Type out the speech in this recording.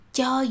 Cho